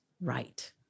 right